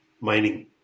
mining